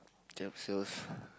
jump sales